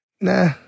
Nah